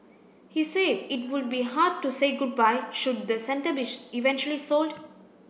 he said it would be hard to say goodbye should the centre be eventually sold